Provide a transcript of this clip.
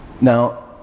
now